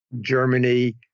Germany